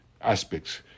aspects